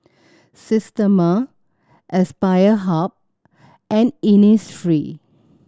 Systema Aspire Hub and Innisfree